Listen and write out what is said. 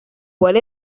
what